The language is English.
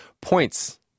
points